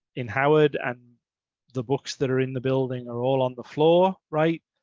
in howard and the books that are in the building are all on the floor, right?